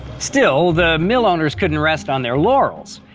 still, the mill owners couldn't rest on their laurels.